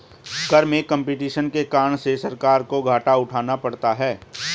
कर में कम्पटीशन के कारण से सरकार को घाटा उठाना पड़ता है